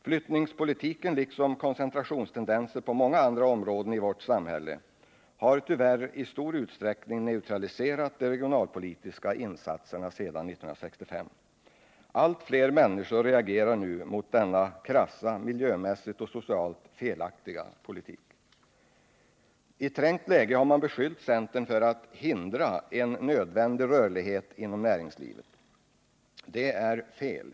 Flyttningspolitiken, liksom koncentrationstendenser på många andra områden i vårt samhälle, har tyvärr i stor utsträckning neutraliserat de regionalpolitiska insatserna sedan 1965. Allt fler människor reagerar nu mot denna i så många fall krassa, miljömässigt och socialt felaktiga politik. I trängt läge har man beskyllt centern för att hindra en nödvändig rörlighet inom näringslivet. Detta är fel.